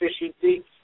efficiency